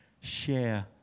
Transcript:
share